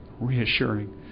reassuring